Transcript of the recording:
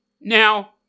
Now